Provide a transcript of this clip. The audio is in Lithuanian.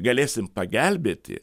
galėsim pagelbėti